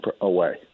away